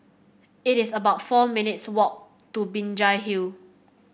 it is about four minutes' walk to Binjai Hill